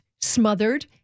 smothered